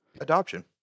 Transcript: Adoption